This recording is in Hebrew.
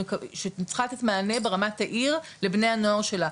שאני צריכה לתת מענה ברמת העיר לבני הנוער שלה,